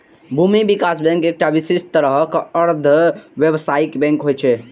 भूमि विकास बैंक एकटा विशिष्ट तरहक अर्ध व्यावसायिक बैंक होइ छै